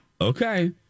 Okay